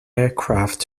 aircraft